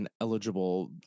eligible